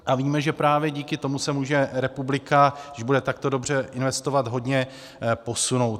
A víme, že právě díky tomu se může republika, když bude takto dobře investovat, hodně posunout.